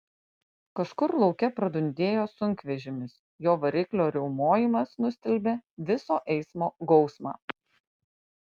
kažkur lauke pradundėjo sunkvežimis jo variklio riaumojimas nustelbė viso eismo gausmą